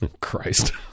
Christ